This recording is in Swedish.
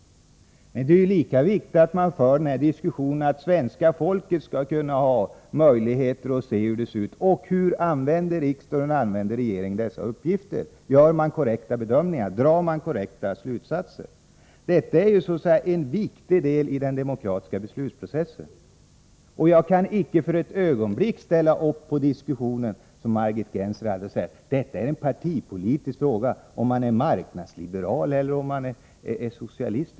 Men det är viktigt att föra diskussion för att svenska folket skall kunna veta hur verkligheten ser ut och hur riksdag och regering använder dessa uppgifter — om man gör korrekta bedömningar, drar korrekta slutsatser osv. Det är en viktig deliden demokratiska beslutsprocessen. Jag kan inte för ett ögonblick ställa upp på det som Margit Gennser här sade, att det är en partipolitisk fråga, alltså om man är marknadsliberal eller socialist.